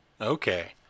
Okay